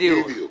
בדיוק.